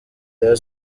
rayon